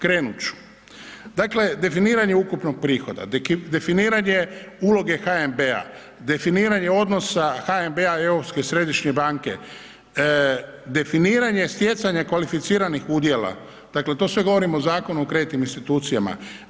Krenut ću, dakle, definiranje ukupnog prihoda, definiranje uloge HNB-a, definiranje odnosa HNB-a i Europske središnje banke, definiranje stjecanja kvalificiranih udjela, dakle to sve govorim o Zakonu o kreditnim institucijama.